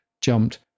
jumped